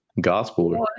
gospel